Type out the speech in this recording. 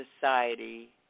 society